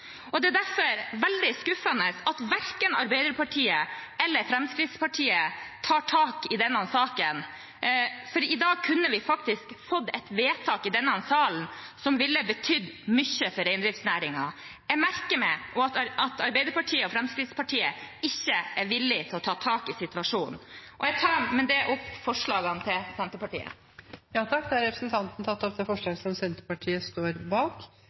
Det er derfor veldig skuffende at verken Arbeiderpartiet eller Fremskrittspartiet tar tak i denne saken, for i dag kunne vi faktisk fått et vedtak i denne salen som ville betydd mye for reindriftsnæringen. Jeg merker meg at Arbeiderpartiet og Fremskrittspartiet ikke er villige til å ta tak i situasjonen, og jeg tar med det opp forslaget fra Senterpartiet. Representanten Sandra Borch har tatt opp det forslaget hun refererte til. Som